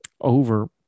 over